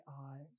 eyes